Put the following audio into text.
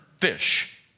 fish